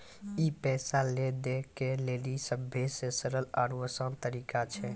ई पैसा लै दै के लेली सभ्भे से सरल आरु असान तरिका छै